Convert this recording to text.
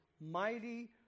mighty